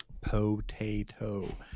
Potato